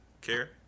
Care